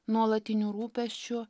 nuolatiniu rūpesčiu